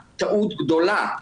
טעות גדולה.